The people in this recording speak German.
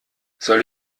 soll